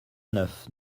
neuf